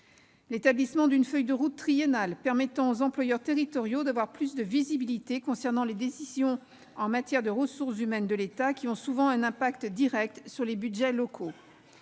l'établissement d'une feuille de route triennale permettant aux employeurs territoriaux d'avoir plus de visibilité concernant les décisions en matière de ressources humaines de l'État, qui ont souvent un impact direct sur les budgets locaux